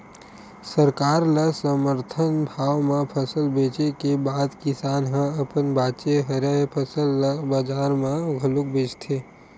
सरकार ल समरथन भाव म फसल बेचे के बाद किसान ह अपन बाचे हरय फसल ल बजार म घलोक बेचथे